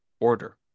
order